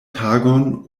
tagon